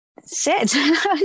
sit